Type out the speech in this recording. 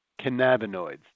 cannabinoids